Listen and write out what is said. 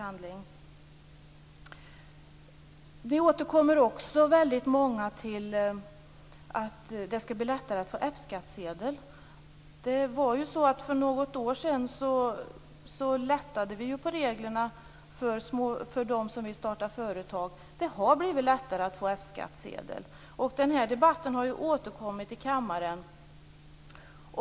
Väldigt många återkommer också till att det skall bli lättare att få F-skattsedel. Det var ju så att vi för något år sedan lättade på reglerna för dem som vill starta företag. Det har blivit lättare att få F-skattsedel. Den här debatten har ju återkommit i kammaren.